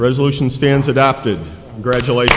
resolution stands adopted gradually